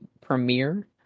premiere